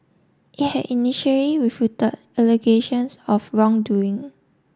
it had initially refuted allegations of wrongdoing